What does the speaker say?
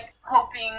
hoping